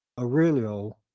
Aurelio